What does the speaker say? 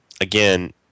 again